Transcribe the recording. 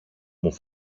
μου